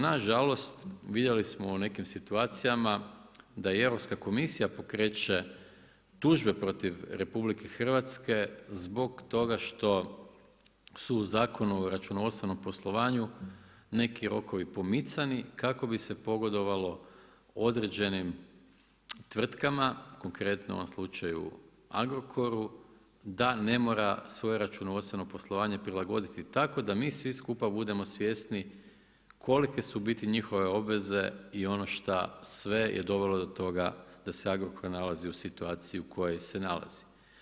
Nažalost, vidjeli smo u nekim situacijama da i Europska komisija pokreće tužbe protiv RH, zbog toga što su u Zakonu o računovodstvenom poslovanju neki rokovi pomicani kako bi se pogodovalo određenim tvrtkama, konkretno u ovom slučaju Agrokoru, da ne mora svoje računovodstveno poslovanje prilagoditi tako da mi svi skupa budemo svjesni kolike su u biti njihove obveze i ono šta sve je dovelo do toga da se Agrokor nalazi u situaciji u kojoj se nalazi.